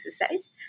exercise